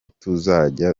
tuzajya